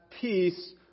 peace